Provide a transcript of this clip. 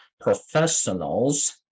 professionals